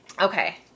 Okay